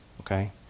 okay